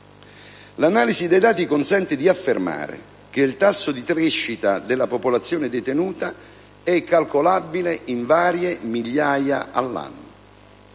L'analisi dei dati consente di affermare che il tasso di crescita della popolazione detenuta è calcolabile in varie migliaia all'anno.